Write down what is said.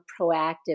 proactive